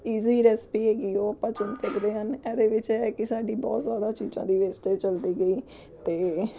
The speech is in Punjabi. ਇਜ਼ੀ ਰੈਸਪੀ ਹੈਗੀ ਉਹ ਆਪਾਂ ਚੁਣ ਸਕਦੇ ਹਨ ਇਹਦੇ ਵਿੱਚ ਇਹ ਹੈ ਕਿ ਸਾਡੀ ਬਹੁਤ ਜ਼ਿਆਦਾ ਚੀਜ਼ਾਂ ਦੀ ਵੇਸਟੇਜ਼ ਚਲਦੀ ਗਈ ਅਤੇ